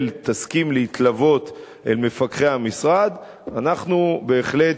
תסכים להתלוות אל מפקחי המשרד אנחנו בהחלט,